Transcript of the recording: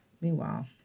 meanwhile